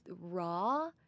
raw